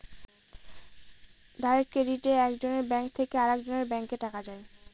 direct ক্রেডিটে এক জনের ব্যাঙ্ক থেকে আরেকজনের ব্যাঙ্কে টাকা যায়